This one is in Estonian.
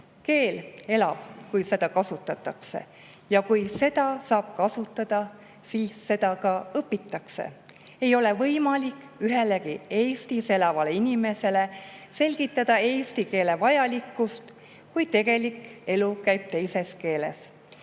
elab, kui seda kasutatakse, ja kui seda saab kasutada, siis seda ka õpitakse. Ei ole võimalik ühelegi Eestis elavale inimesele selgitada eesti keele vajalikkust, kui tegelik elu käib teises keeles.